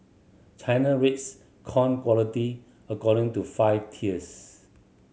China rates corn quality according to five tiers